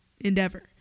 endeavor